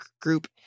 group